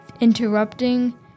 interrupting